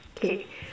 K